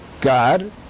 God